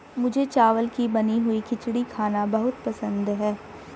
मुझे चावल की बनी हुई खिचड़ी खाना बहुत पसंद है